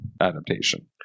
adaptation